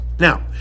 now